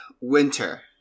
winter